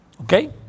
Okay